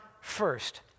first